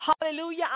hallelujah